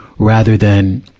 rather than,